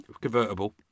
convertible